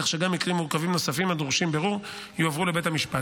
כך שגם מקרים מורכבים נוספים הדורשים בירור יועברו לבית המשפט.